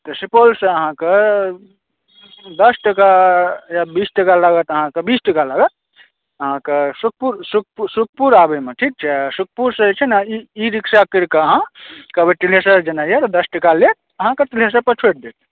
तऽ सुपौलसॅं अहाँकेॅं दश टका या बीस टका लागत अहाँके बीस टका लागत अहाँकॅं सुतपुर सुतपुर आबयमे ठीक छै सुतपुरसॅं छै ने ई रिक्सा क़रिकऽ अहाँ कहबै टिनेसर जेनाइ अछि तऽ दश टका लेत अहाँके टिनेसर पर छोड़ि देत